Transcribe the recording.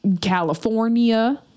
California